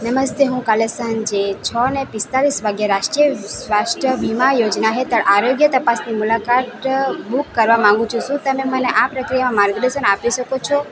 નમસ્તે હું કાલે સાંજે છ ને પિસ્તાલીસ વાગ્યે રાષ્ટ્રીય સ્વાસ્થ્ય વીમા યોજના હેઠળ આરોગ્ય તપાસની મુલાકાત બુક કરવા માંગુ છું શું તમે મને આ પ્રક્રિયામાં માર્ગદર્શન આપી શકો છો